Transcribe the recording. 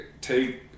take